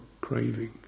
craving